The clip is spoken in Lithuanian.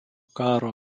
karo